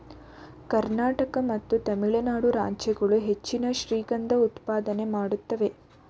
ಕರ್ನಾಟಕ ಮತ್ತು ತಮಿಳುನಾಡು ರಾಜ್ಯಗಳು ಹೆಚ್ಚಿನ ಶ್ರೀಗಂಧ ಉತ್ಪಾದನೆ ಮಾಡುತ್ತೇವೆ